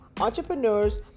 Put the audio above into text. entrepreneurs